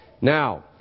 Now